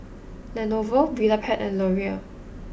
Lenovo Vitapet and L'Oreal